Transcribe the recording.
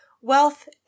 wealth